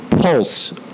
Pulse